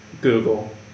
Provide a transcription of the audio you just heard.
Google